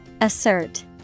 Assert